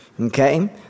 okay